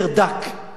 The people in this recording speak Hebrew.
הולך ביניהם,